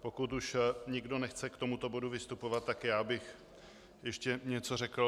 Pokud už nikdo nechce k tomuto bodu vystupovat, já bych ještě něco řekl.